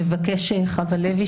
ב-זום נמצאת חוה לוי,